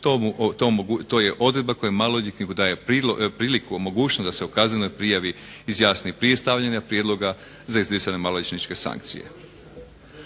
To je odredba koja maloljetniku daje priliku, mogućnost da se o kaznenoj prijavi izjasni prije stavljanja prijedloga za izricanje maloljetničke sankcije.